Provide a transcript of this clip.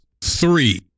three